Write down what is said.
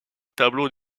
tableau